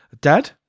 Dad